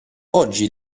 oggi